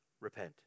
Repent